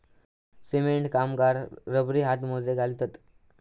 cement कामगार रबरी हातमोजे घालतत